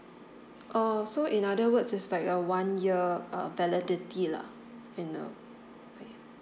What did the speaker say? oh so in other words it's like a one year err validity lah in a way